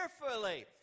carefully